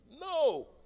No